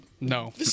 no